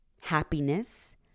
happiness